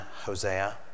Hosea